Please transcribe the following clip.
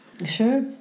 Sure